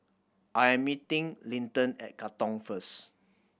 I am meeting Linton at Katong first